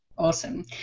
Awesome